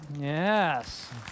Yes